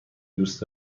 دوست